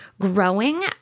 growing